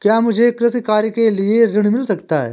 क्या मुझे कृषि कार्य के लिए ऋण मिल सकता है?